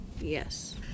yes